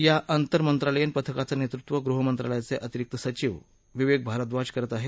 या अंतर मंत्रालयीन पथकाचं नेतृत्व गृह मंत्रालयाचे अतिरिक्त सचीव विवेक भारद्वाज करत आहेत